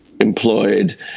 employed